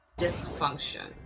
Dysfunction